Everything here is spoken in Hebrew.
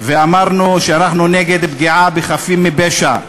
ואמרנו שאנחנו נגד פגיעה בחפים מפשע.